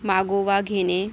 मागोवा घेणे